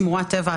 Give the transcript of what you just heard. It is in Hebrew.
שמורת טבע,